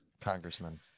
congressman